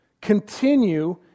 continue